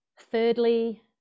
thirdly